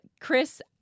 Chris